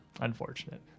unfortunate